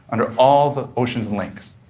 under all the oceans and lakes,